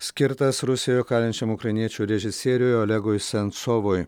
skirtas rusijoj kalinčiam ukrainiečių režisieriui olegui sensovui